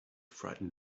frightened